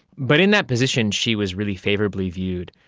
but in that position she was really favourably viewed.